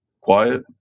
quiet